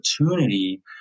opportunity